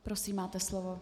Prosím, máte slovo.